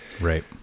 right